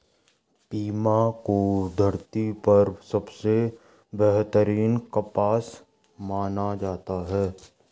Pima को धरती पर सबसे बेहतरीन कपास माना जाता है